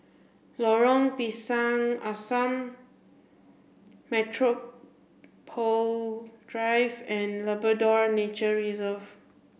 Lorong Pisang Asam Metropole Drive and Labrador Nature Reserve